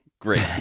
Great